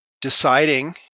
deciding